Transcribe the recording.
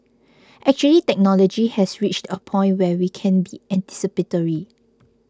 actually technology has reached a point where we can be anticipatory